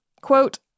quote